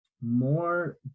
more